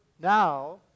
now